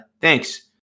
Thanks